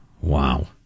Wow